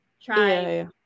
try